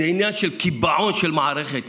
זה עניין של קיבעון של מערכת.